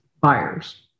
buyers